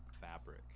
fabric